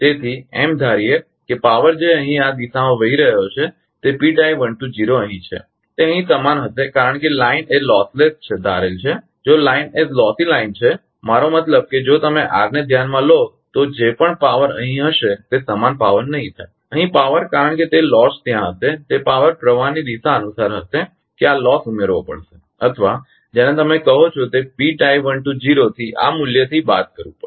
તેથી એમ ધારીએ કે પાવર જે અહીં આ દિશામાં વહી રહયો છે તે અહીં છે તે અહીં સમાન હશે કારણ કે લાઇન એ લોસલેસ ધારેલ છે જો લાઈન એ લોસી લાઈન છે મારો મતલબ કે જો તમે r ને ધ્યાનમાં લો તો જે પણ પાવરpower અહીં હશે તે સમાન પાવર નહીં થાય અહીં પાવર કારણ કે તે લોસ ત્યાં હશે તે પાવર પ્રવાહની દિશા અનુસાર હશે કે આ નુકસાનલોસ ઉમેરવો પડશે અથવા જેને તમે કહો છો તે થી આ મૂલ્યથી બાદ કરવું પડશે